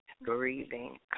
breathing